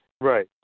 Right